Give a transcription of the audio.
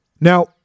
Now